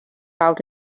out